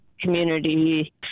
Community